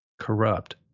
corrupt